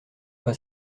pas